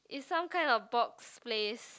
is some kind of box place